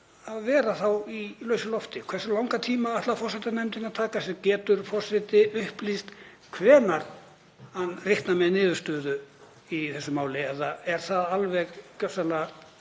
að vera í lausu lofti, hversu langan tíma ætlar forsætisnefnd að taka sér? Getur forseti upplýst hvenær hann reiknar með niðurstöðu í þessu máli eða er það alveg gjörsamlega